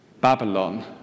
Babylon